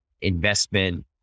investment